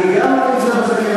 אני גם לא נמצא בחקירה